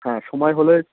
হ্যাঁ সময় হলে